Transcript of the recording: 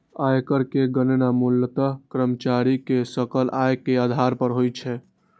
आयकर के गणना मूलतः कर्मचारी के सकल आय के आधार पर होइ छै